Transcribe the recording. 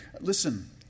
Listen